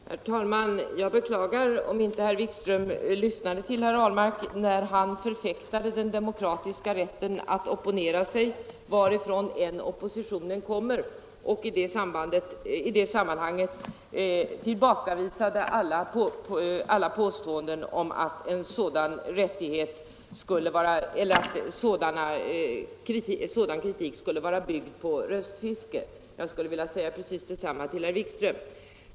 Herr talman! Jag beklagar om herr Wikström inte lyssnade till herr Ahlmark när han förfäktade den demokratiska rätten att opponera sig, varifrån oppositionen än kommer. I detta sammanhang tillbakavisade han alla påståenden om att en sådan kritik skulle vara byggd på röstfiske. Jag skulle vilja säga precis detsamma till herr Wikström.